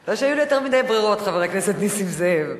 לא שהיו לי יותר מדי ברירות, חבר הכנסת נסים זאב.